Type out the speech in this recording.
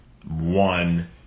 One